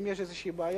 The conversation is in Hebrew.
אם יש איזו בעיה,